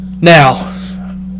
now